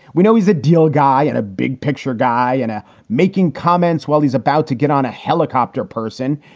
we know he's a deal guy and a big picture guy and ah making comments while he's about to get on a helicopter person,